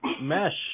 mesh